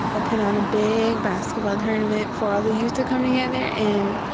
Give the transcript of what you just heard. i put on a big basketball tournament for all the youth to come together and